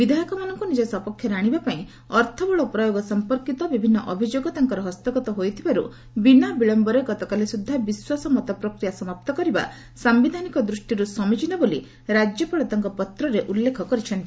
ବିଧାୟକମାନଙ୍କୁ ନିଜ ସପକ୍ଷରେ ଆଶିବା ପାଇଁ ଅର୍ଥବଳ ପ୍ରୟୋଗ ସଂପର୍କିତ ବିଭିନ୍ନ ଅଭିଯୋଗ ତାଙ୍କର ହସ୍ତଗତ ହୋଇଥିବାରୁ ବିନା ବିଳୟରେ ଗତକାଲି ସୁଦ୍ଧା ବିଶ୍ୱାସ ମତ ପ୍ରକ୍ରିୟା ସମାପ୍ତ କରିବା ସାୟିଧାନିକ ଦୂଷ୍ଟିରୁ ସମୀଚୀନ ବୋଲି ରାଜ୍ୟପାଳ ତାଙ୍କ ପତ୍ରରେ ଉଲ୍ଲେଖ କରିଛନ୍ତି